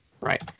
right